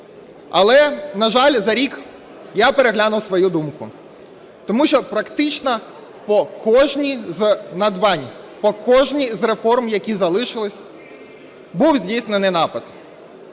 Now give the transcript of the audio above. Але, на жаль, за рік я переглянув свою думку, тому що практично по кожній з надбань, по кожній реформ, які залишилися, був здійснений напад.